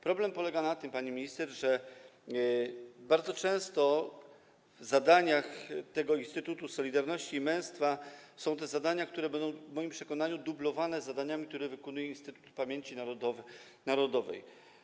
Problem polega na tym, pani minister, że bardzo często w zadaniach tego Instytutu Solidarności i Męstwa są zadania, które będą w moim przekonaniu dublowane z zadaniami, które ma Instytut Pamięci Narodowej.